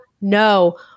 No